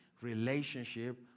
relationship